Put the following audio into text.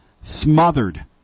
smothered